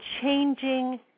changing